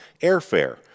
Airfare